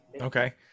okay